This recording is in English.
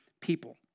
people